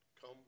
come